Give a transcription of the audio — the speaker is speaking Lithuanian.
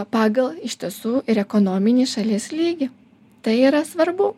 pagal iš tiesų ir ekonominį šalies lygį tai yra svarbu